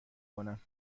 کنم